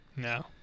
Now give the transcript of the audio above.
No